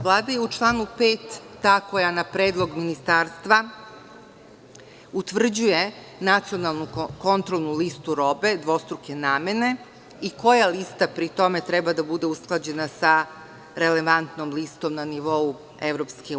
Vlada je u članu 5. ta koja na predlog ministarstva utvrđuje nacionalnu kontrolnu listu robe dvostruke namene i koja lista pri tome treba da bude usklađena sa relevantnom listom na nivou EU.